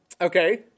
Okay